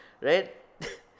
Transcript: Right